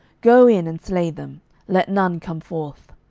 go in, and slay them let none come forth.